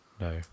No